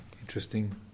Interesting